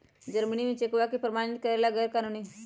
Germany में चेकवा के प्रमाणित करे ला गैर कानूनी हई